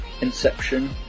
Inception